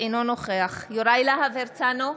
אינו נוכח יוראי להב הרצנו,